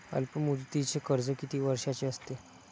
अल्पमुदतीचे कर्ज किती वर्षांचे असते?